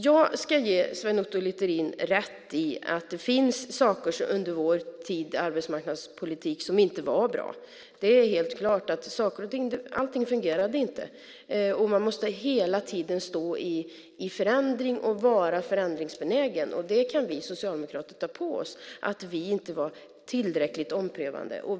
Jag ska ge Sven Otto Littorin rätt i att det fanns saker i arbetsmarknadspolitiken under vår tid som inte var bra. Det är helt klart. Inte allting fungerade. Man måste hela tiden stå i förändring och vara förändringsbenägen. Vi socialdemokrater kan ta på oss att vi inte var tillräckligt omprövande.